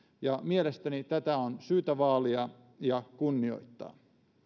ja mielestäni tätä on syytä vaalia ja kunnioittaa